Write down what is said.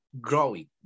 growing